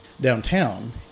downtown